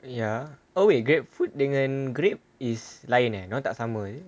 ya oh eh grapefruit dengan grape is lain eh tak sama eh